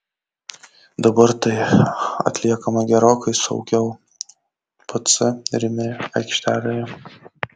dabar tai atliekama gerokai saugiau pc rimi aikštelėje